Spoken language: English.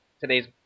today's